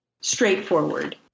straightforward